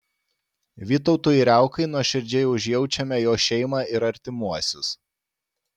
vytautui riaukai nuoširdžiai užjaučiame jo šeimą ir artimuosius